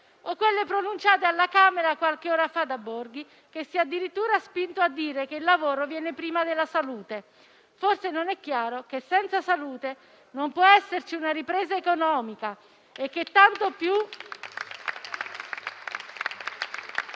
o quelle pronunciate alla Camera qualche ora fa da Borghi, che si è addirittura spinto a dire che il lavoro viene prima della salute. Forse non è chiaro che senza salute non può esserci una ripresa economica